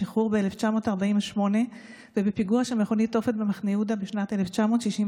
תוכנית מצליחה ומשמעותית להסבת אקדמאים מתבצעת גם בתחום הסיעוד